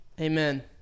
Amen